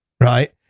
right